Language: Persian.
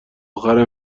آخر